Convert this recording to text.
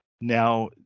Now